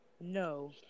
No